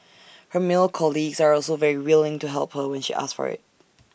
her male colleagues are also very willing to help her when she asks for IT